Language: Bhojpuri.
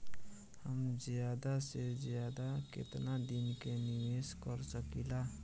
हम ज्यदा से ज्यदा केतना दिन के निवेश कर सकिला?